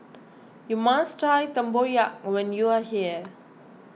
you must try Tempoyak when you are here